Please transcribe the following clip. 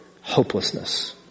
hopelessness